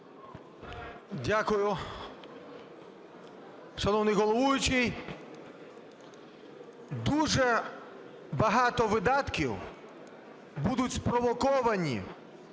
Дякую, шановний головуючий. Дуже багато видатків будуть спровоковані